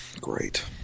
Great